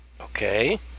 Okay